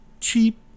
cheap